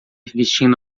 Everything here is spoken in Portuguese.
vestindo